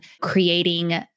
creating